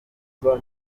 kibeho